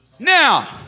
Now